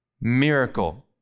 miracle